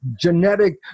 genetic